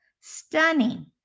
stunning